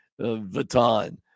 Vuitton